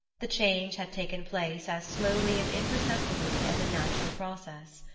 the change had taken place as slowly and imperceptibly as a natural process.